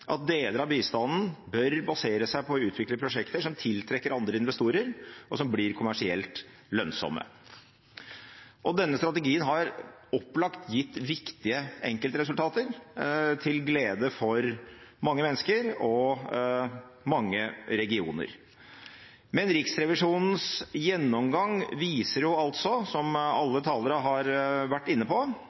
at deler av bistanden bør basere seg på å utvikle prosjekter som tiltrekker seg andre investorer, og som blir kommersielt lønnsomme. Denne strategien har opplagt gitt viktige enkeltresultater, til glede for mange mennesker og mange regioner. Men Riksrevisjonens gjennomgang viser jo, som alle talere her har vært inne på,